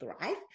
thrive